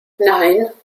nein